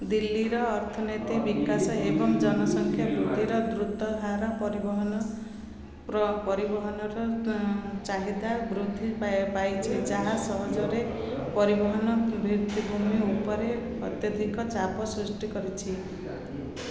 ଦିଲ୍ଲୀର ଅର୍ଥନୈତିକ ବିକାଶ ଏବଂ ଜନସଂଖ୍ୟା ବୃଦ୍ଧିର ଦ୍ରୁତ ହାର ପରିବହନର ଚାହିଦା ବୃଦ୍ଧି ପାଇଛି ଯାହା ସହରର ପରିବହନ ଭିତ୍ତିଭୂମି ଉପରେ ଅତ୍ୟଧିକ ଚାପ ସୃଷ୍ଟି କରିଛି